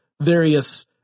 various